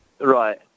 right